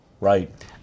right